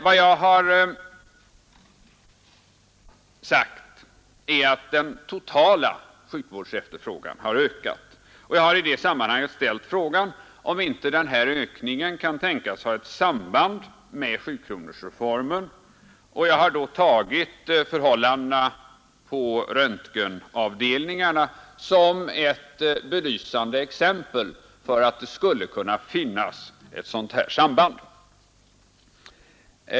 Vad jag har sagt är att den totala sjukvårdsefterfrågan har ökat och jag har i det sammanhanget ställt frågan om inte denna ökning kan tänkas ha ett samband med sjukronorsreformen. Jag har då tagit förhållandena på röntgenavdelningarna som ett belysande exempel på att det skulle kunna finnas ett sådant samband.